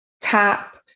tap